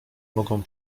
mogą